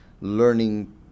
learning